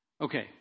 Okay